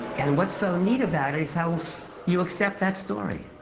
and what's so neat about it is how you accept that story.